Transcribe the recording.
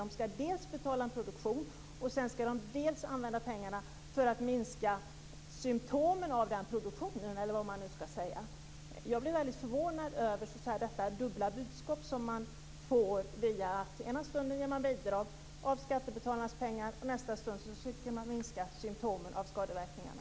Dels skall de betala en produktion, dels skall deras pengar användas för att så att säga minska symtomen av produktionen. Jag blir väldigt förvånad över detta budskap. Ena stunden ger man bidrag av skattebetalarnas pengar och nästa stund försöker man minska symtomen och skadeverkningarna.